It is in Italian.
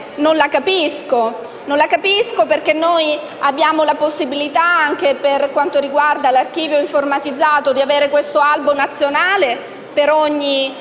questa insistenza, perché abbiamo la possibilità, anche per quanto riguarda l'archivio informatizzato, di avere l'albo nazionale per ogni